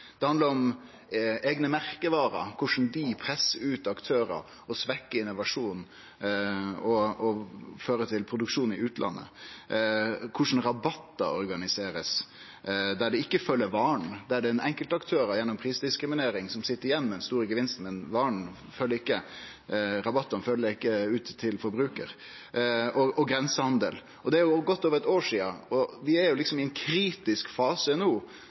Det handlar om eigne merkevarer – korleis dei pressar ut aktørar, svekkjer innovasjon og fører til produksjon i utlandet. Det handlar om korleis rabattar blir organiserte, der dei ikkje følgjer vara, men der enkeltaktørar gjennom prisdiskriminering sit igjen med den store gevinsten – rabattane kjem ikkje ut til forbrukaren. Og det handlar om grensehandel. Det er godt over eit år sidan, og no er vi liksom i ein kritisk fase.